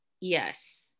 yes